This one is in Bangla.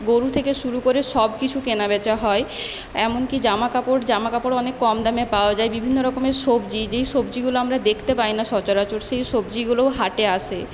গরু থেকে শুরু করে সব কিছু কেনাবেচা হয় এমনকি জামাকাপড় জামাকাপড়ও অনেক কম দামে পাওয়া যায় বিভিন্ন রকমের সবজি যেই সবজিগুলো আমরা দেখতে পাইনা সচরাচর সেই সবজিগুলোও হাটে আসে